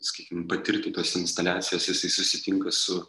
sakykim patirti tos instaliacijos jisai susitinka su